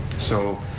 so